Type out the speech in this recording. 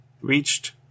reached